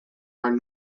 are